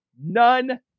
none